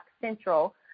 Central